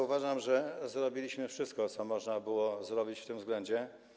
Uważam, że zrobiliśmy wszystko, co można było zrobić w tym zakresie.